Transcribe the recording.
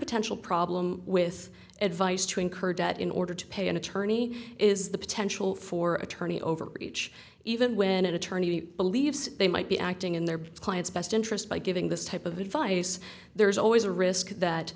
potential problem with advice to incur debt in order to pay an attorney is the potential for attorney overreach even when an attorney believes they might be acting in their client's best interest by giving this type of advice there is always a risk that